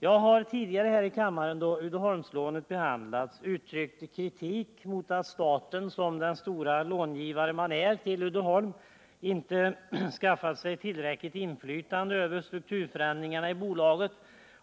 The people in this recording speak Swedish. Jag har tidigare i kammaren då Uddeholmslånen behandlats uttryckt kritik mot att staten som den stora långivare den är till Uddeholm inte skaffat sig tillräckligt inflytande över strukturförändringarna i bolaget.